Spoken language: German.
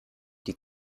die